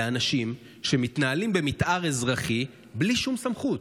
לאנשים שמתנהלים במתאר אזרחי בלי שום סמכות.